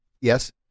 yes